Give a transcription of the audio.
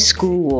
School